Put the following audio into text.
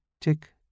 Tick